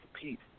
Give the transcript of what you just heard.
compete